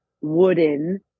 wooden